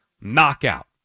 knockout